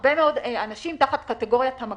הרבה מאוד אנשים תחת קטגוריית המקבילים.